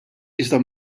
iżda